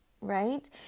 right